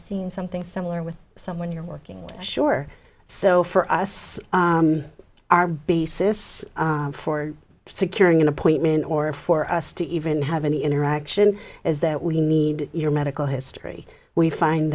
seen something similar with someone you're working sure so for us our basis for securing an appointment or for us to even have any interaction is that we need your medical history we find